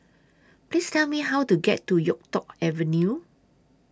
Please Tell Me How to get to Yuk Tong Avenue